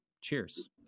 Cheers